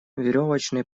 веревочные